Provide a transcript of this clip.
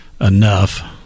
enough